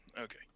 okay